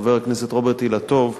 חבר הכנסת רוברט אילטוב,